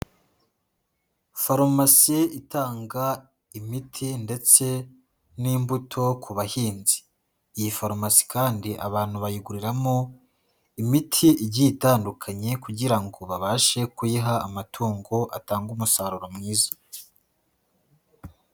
Farumasi itanga imiti ndetse n'imbuto ku bahinzi. Iyi farumasi kandi abantu bayiguriramo imiti igiye itandukanye kugira ngo babashe kuyiha amatungo atange umusaruro mwiza.